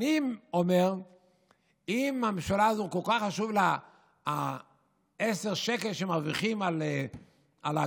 ואני אומר שאם לממשלה הזו כל כך חשובים עשרה שקלים שמרוויחים על האגרות,